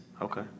okay